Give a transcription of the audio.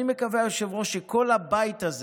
אני מקווה, היושב-ראש, שכל הבית הזה,